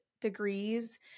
degrees